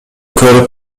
көрүп